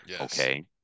Okay